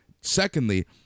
secondly